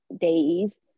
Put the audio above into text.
days